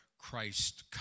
Christ